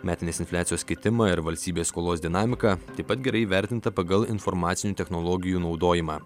metinės infliacijos kitimą ir valstybės skolos dinamika taip pat gerai įvertinta pagal informacinių technologijų naudojimą